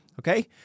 Okay